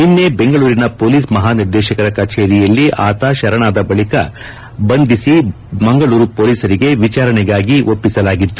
ನಿನ್ನೆ ಬೆಂಗಳೂರಿನ ಹೊಲೀಸ್ ಮಹಾನಿದೇಶಕರ ಕಚೇರಿಯಲ್ಲಿ ಆತ ಶರಣಾದ ಬಳಿಕ ಬಂಧಿಸಿ ಮಂಗಳೂರು ಪೊಲೀಸರಿಗೆ ವಿಚಾರಣೆಗಾಗಿ ಒಪ್ಪಿಸಲಾಗಿತ್ತು